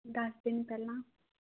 ਦੱਸ ਦਿਨ ਪਹਿਲਾਂ